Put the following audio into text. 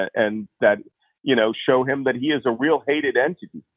and that you know show him that he is a real hated entity.